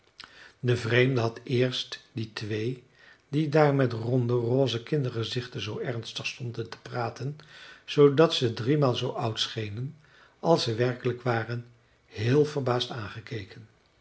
de vreemde had eerst die twee die daar met ronde rose kindergezichten zoo ernstig stonden te praten zoodat ze driemaal zoo oud schenen als ze werkelijk waren heel verbaasd aangekeken